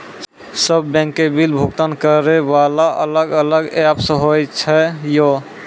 सब बैंक के बिल भुगतान करे वाला अलग अलग ऐप्स होय छै यो?